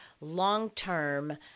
long-term